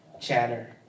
chatter